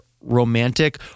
romantic